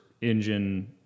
engine